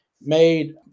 made